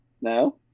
no